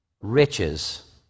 riches